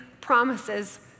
promises